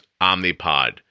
Omnipod